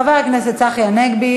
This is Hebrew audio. חבר הכנסת צחי הנגבי,